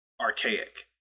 archaic